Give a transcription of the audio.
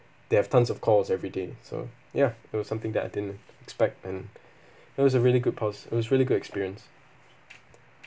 they have tons of calls every day so ya it was something that I didn't expect and it was a really good pos- it was really good experience